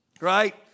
right